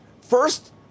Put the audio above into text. First